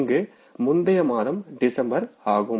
இங்கு முந்திய மாதம் டிசம்பர் ஆகும்